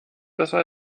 besser